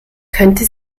könnte